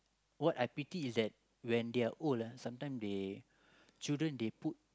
what I pity is that when they are old ah sometime they children they put